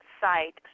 site